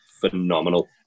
phenomenal